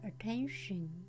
attention